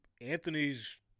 Anthony's